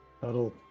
That'll